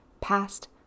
past